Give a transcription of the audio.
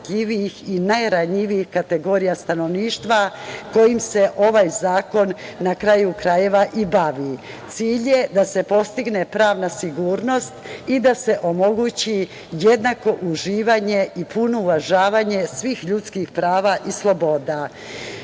i najranjivijih kategorija stanovništva kojim se ovaj zakon, na kraju krajeva, i bavi. Cilj je da se postigne pravna sigurnost i da se omogući jednako uživanje i puno uvažavanje svih ljudskih prava i sloboda. Šta